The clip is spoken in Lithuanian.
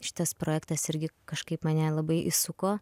šitas projektas irgi kažkaip mane labai įsuko